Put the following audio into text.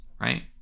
right